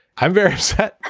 i'm very upset.